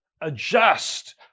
adjust